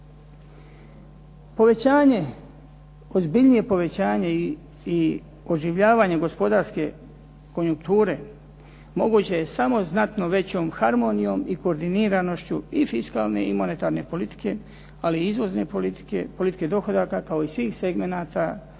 Povećanje, ozbiljnije povećanje i oživljavanje gospodarske konjukture moguće je samo znatno većom harmonijom i koordiniranošću i fiskalne i monetarne politike, ali i izvozne politike, politike dohodaka, kao i svih segmenata gospodarske,